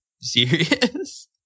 serious